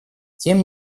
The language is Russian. тем